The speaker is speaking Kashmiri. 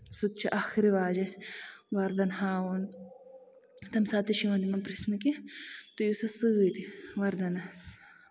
سُہ تہِ چھُ اکھ رِواج اَسہِ وردن ہاوُن تَمہِ ساتہٕ تہِ چھُ یِوان پریژنہٕ کہِ تُہۍ ٲسِو سۭتۍ وردَنَس